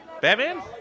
Batman